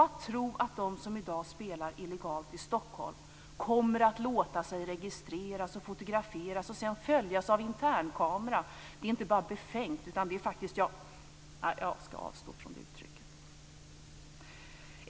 Att tro att de som i dag spelar illegalt i Stockholm kommer att låta sig registreras, fotograferas och sedan följas av internkamera är inte bara befängt, utan det är faktiskt - jag skall avstå från det uttrycket.